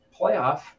playoff